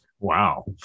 Wow